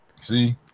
See